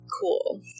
cool